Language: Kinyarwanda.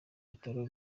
bitaro